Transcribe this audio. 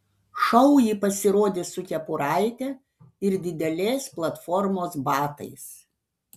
šou ji pasirodė su kepuraite ir didelės platformos batais